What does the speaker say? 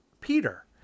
Peter